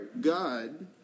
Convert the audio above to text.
God